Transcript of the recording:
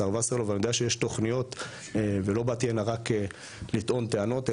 השר וסרלאוף ואני יודע שיש תוכניות ולא באתי הנה רק לטעון טענות,